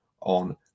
on